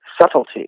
Subtlety